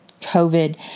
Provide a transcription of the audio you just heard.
COVID